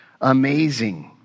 Amazing